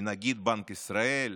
מנגיד בנק ישראל,